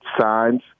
signs